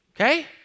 okay